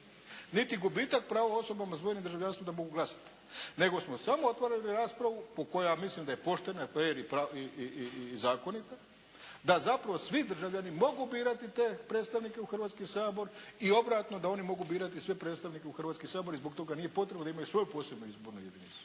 niti gubitak prava osobama s dvojnim državljanstvom da mogu glasati, nego smo samo otvorili raspravu po kojoj ja mislim da je poštena, fer i zakonita, da zapravo svi državljani mogu birati te predstavnike u Hrvatski sabor i obratno da oni mogu birati sve predstavnike u Hrvatski sabor i zbog toga nije potrebno da imaju svoju posebnu izbornu jedinicu.